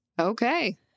Okay